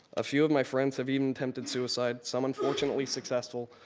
a few of my friends have even attempted suicide, some unfortunately successful,